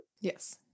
yes